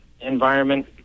environment